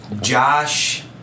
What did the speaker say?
Josh